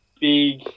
big